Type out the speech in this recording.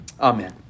amen